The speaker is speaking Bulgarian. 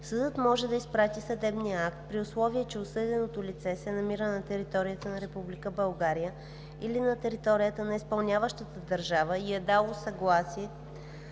Съдът може да изпрати съдебния акт, при условие че осъденото лице се намира на територията на Република България или на територията на изпълняващата държава и е дало съгласието